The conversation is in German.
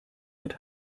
mit